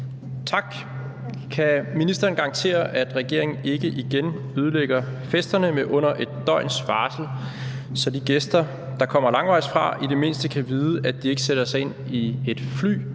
(KF): Kan ministeren garantere, at regeringen ikke igen ødelægger festerne med under et døgns varsel, så de gæster, der kommer langvejsfra, i det mindste kan vide, at de ikke sætter sig ind i et fly